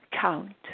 count